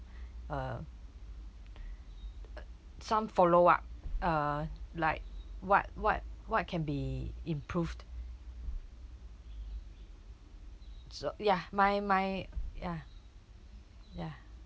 uh some follow up uh like what what what can be improved s~ ya my my ya ya